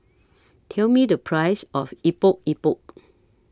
Tell Me The Price of Epok Epok